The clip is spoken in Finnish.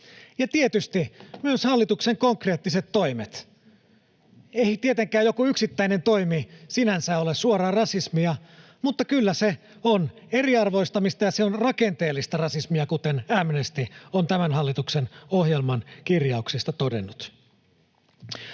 Tietysti myös hallituksen konkreettiset toimet — ei tietenkään joku yksittäinen toimi sinänsä ole suoraan rasismia, mutta kyllä se on eriarvoistamista ja se on rakenteellista rasismia, kuten Amnesty on tämän hallituksen ohjelman kirjauksista todennut.